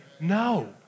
No